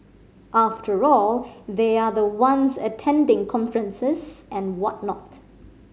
after all they are the ones attending conferences and whatnot